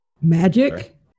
Magic